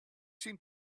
seemed